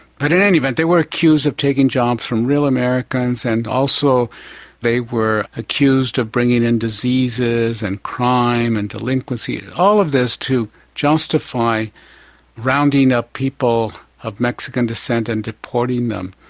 but in any event they were accused of taking jobs from real americans and also they were accused of bringing in diseases and crime and delinquency and all of this to justify rounding up people of mexican descent and deporting them.